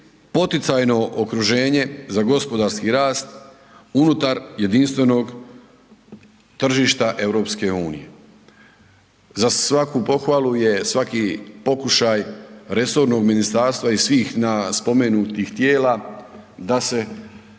poticajno okruženje za gospodarski rast unutar jedinstvenog tržišta EU-e. Za svaku pohvalu je svaki pokušaj resornog ministarstva i svih na spomenutih tijela da se